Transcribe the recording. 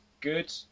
good